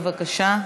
בבקשה.